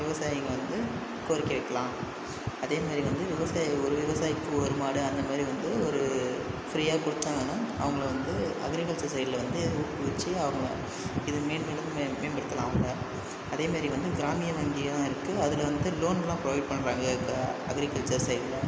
விவசாயிங்க வந்து கோரிக்கை வைக்கலாம் அதே மாரி வந்து விவசாயி ஒரு விவசாயிக்கு ஒரு மாடு அந்த மாதிரி வந்து ஒரு ஃபிரீயாக கொடுத்தாங்கன்னா அவங்கள வந்து அக்ரிகல்சர் சைடில் வந்து ஊக்குவிச்சு அவங்க இதை மேன்மேலும் மே மேம்படுத்தலாம் அவங்க அதே மாரி வந்து கிராமிய வங்கியும் இருக்குது அதில் வந்து லோன்லாம் ப்ரொவைட் பண்றாங்கள் அங்கே அக்ரிகல்சர் சைட்ல